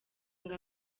ngo